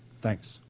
thanks